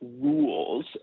rules